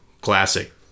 Classic